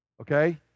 Okay